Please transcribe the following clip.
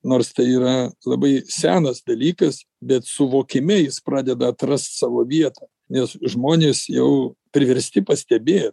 nors tai yra labai senas dalykas bet suvokime jis pradeda atrast savo vietą nes žmonės jau priversti pastebėt